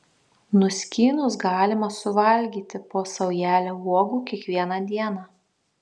nuskynus galima suvalgyti po saujelę uogų kiekvieną dieną